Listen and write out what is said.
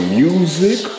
music